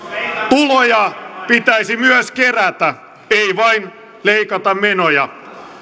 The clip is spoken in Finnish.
tuloja pitäisi myös kerätä ei vain leikata menoja